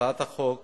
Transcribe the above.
הצעת החוק